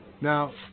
Now